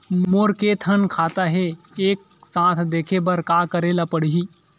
मोर के थन खाता हे एक साथ देखे बार का करेला पढ़ही?